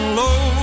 low